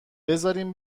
بذارین